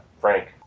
Frank